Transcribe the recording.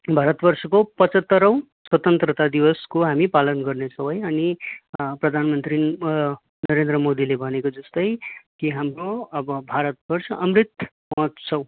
भारतवर्षको पचहत्तरौँ स्वतन्त्रता दिवसको हामी पालन गर्ने छौँ है अनि प्रधानमन्त्री नरेन्द्र मोदीले भनेको जस्तै कि हाम्रो अब भारतवर्षको अमृत महोत्सव